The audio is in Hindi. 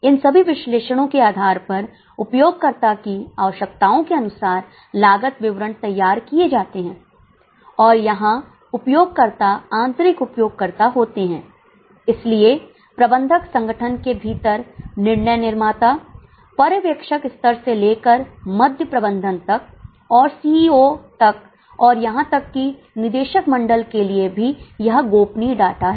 इन सभी विश्लेषणों के आधार पर उपयोगकर्ताओं की आवश्यकताओं के अनुसार लागत विवरण तैयार किए जाते हैं और यहां उपयोगकर्ता आंतरिक उपयोगकर्ता होते हैं इसलिए प्रबंधक संगठन के भीतर निर्णय निर्माता पर्यवेक्षक स्तर से लेकर मध्य प्रबंधन तक और सीईओ तक और यहां तक कि निदेशक मंडल के लिए भी यह गोपनीय डाटा है